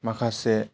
माखासे